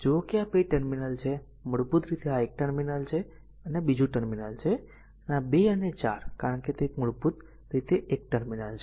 જુઓ કે આ 2 ટર્મિનલ છે મૂળભૂત રીતે આ એક ટર્મિનલ છે અને આ બીજું ટર્મિનલ છે અને 2 અને 4 કારણ કે મૂળભૂત રીતે તે એક ટર્મિનલ છે